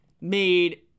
made